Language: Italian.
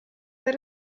per